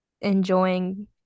enjoying